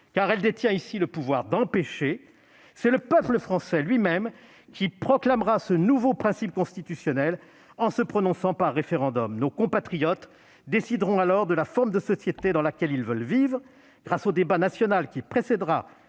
elle détient le pouvoir d'empêcher -, c'est le peuple français lui-même qui proclamera ce nouveau principe constitutionnel en se prononçant par référendum. Nos compatriotes décideront alors de la forme de société dans laquelle ils veulent vivre. Grâce au débat national qui précédera